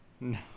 No